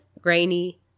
grainy